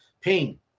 pain